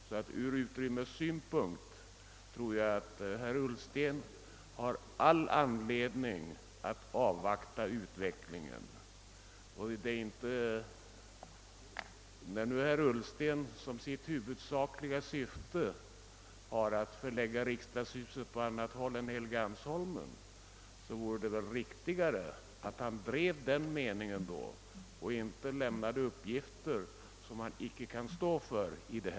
Med tanke på utrymmesfrågan tror jag därför att herr Ullsten har all anledning att avvakta utvecklingen. Om herr Ullsten som sitt huvudsakliga syfte har att förlägga Riksdagshuset på annat håll än på Helgeandsholmen, vore det väl riktigare om han drev denna mening i stället för att lämna uppgifter som han inte har någon täckning för.